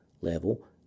level